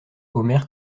omer